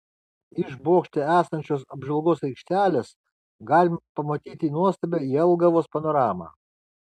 iš bokšte esančios apžvalgos aikštelės galima pamatyti nuostabią jelgavos panoramą